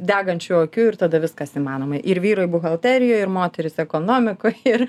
degančių akių ir tada viskas įmanoma ir vyrai buhalterijoj ir moterys ekonomikoj ir